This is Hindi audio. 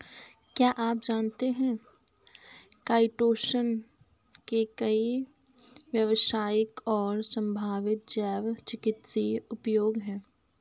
क्या आप जानते है काइटोसन के कई व्यावसायिक और संभावित जैव चिकित्सीय उपयोग हैं?